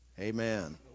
Amen